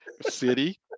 city